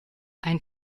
ein